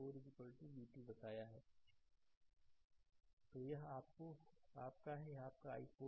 slide समय देखें 2845 तो यह आपका है यह आपका i4 है